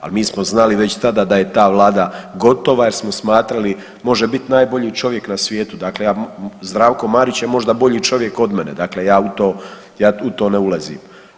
Ali mi smo znali već tada da je ta Vlada gotova jer smo smatrali može biti najbolji čovjek na svijetu dakle, Zdravko Marić je možda bolji čovjek od mene, dakle ja u to ne ulazim.